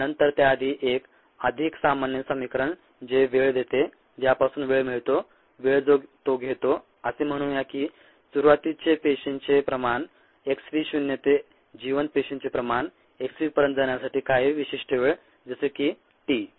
आणि नंतर त्याआधी एक अधिक सामान्य समिकरण जे वेळ देते ज्यापासून वेळ मिळतो वेळ जो तो घेतो असे म्हणूया की सुरुवातीचे पेशींचे प्रमाण xv शून्य ते जिवंत पेशींचे प्रमाण xv पर्यंत जाण्यासाठी काही विशिष्ट वेळ जसे की t